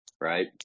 Right